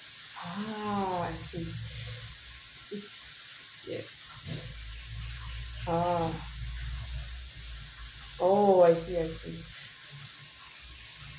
ha I see ya uh oh I see I see